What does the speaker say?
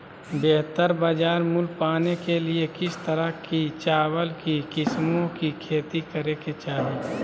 बेहतर बाजार मूल्य पाने के लिए किस तरह की चावल की किस्मों की खेती करे के चाहि?